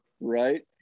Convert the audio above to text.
right